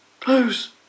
Close